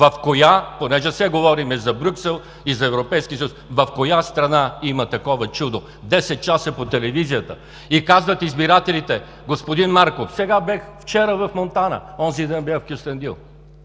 Понеже все говорим за Брюксел и за Европейски съд, в коя страна има такова чудо – 10 часа по телевизията? И казват избирателите: господин Марков – вчера бях в Монтана, онзи ден в Кюстендил